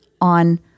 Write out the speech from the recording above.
on